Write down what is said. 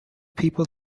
people